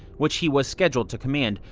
which he was scheduled to command,